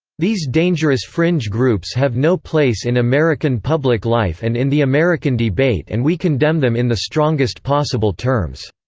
these dangerous fringe groups have no place in american public life and in the american debate and we condemn them in the strongest possible terms.